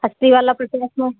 अस्सी वाला पचास में